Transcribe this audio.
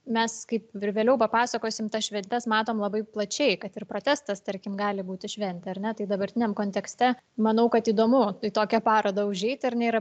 mes kaip ir vėliau papasakosim tas šventes matom labai plačiai kad ir protestas tarkim gali būti šventė ar ne tai dabartiniam kontekste manau kad įdomu į tokią parodą užeiti ar ne ir